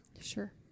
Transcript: Sure